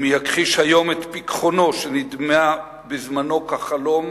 מי יכחיש היום את פיכחונו, שנדמה בזמנו כחלום,